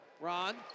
Ron